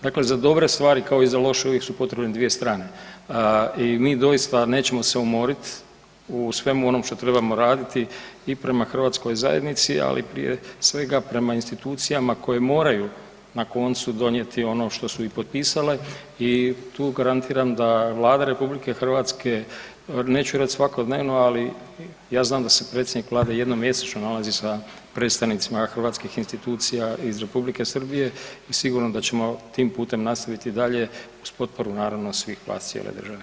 Dakle, za dobre stvari kao i za loše, uvijek su potrebne dvije strane i mi doista nećemo se umorit u svemu onom što trebamo raditi i prema hrvatskoj zajednici ali prije svega prema institucijama koje moraju na koncu donijeti ono što su i potpisale i tu garantiram da Vlada RH, neću reć svakodnevno ali ja znam da se predsjednik Vlade jednom mjesečno nalazi sa predstavnicima hrvatskih institucija iz republike Srbije i sigurno da ćemo tim putem nastaviti dalje uz potporu naravno, svih vas i cijele države.